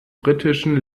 britischen